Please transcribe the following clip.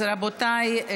רבותיי,